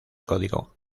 código